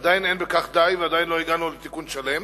עדיין אין בכך די, ועדיין לא הגענו לתיקון שלם,